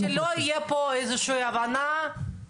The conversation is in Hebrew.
נציין שזו אפליה כביכול לטובה,